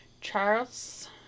Charles